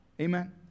Amen